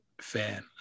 fan